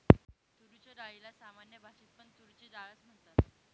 तुरीच्या डाळीला सामान्य भाषेत पण तुरीची डाळ च म्हणतात